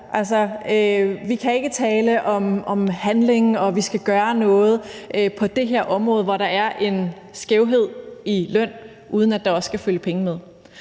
vi kan ikke tale om handling og om, at vi skal gøre noget på det her område, hvor der er en skævhed i løn, uden at der også skal følge penge med.